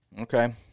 Okay